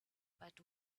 but